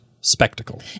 spectacle